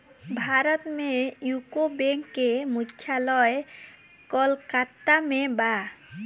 भारत में UCO bank के मुख्यालय कोलकाता में बा